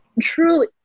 truly